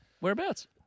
Whereabouts